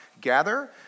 gather